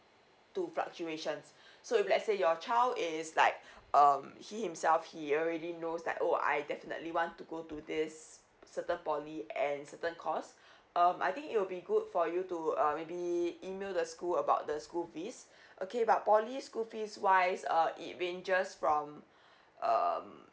to fluctuations so if let's say your child is like um he himself he already knows that oh I definitely want to go to this certain P_O_L_Y and certain course um I think it will be good for you to um maybe email the school about the school fees okay but P_O_L_Y school fees wise uh it ranges from um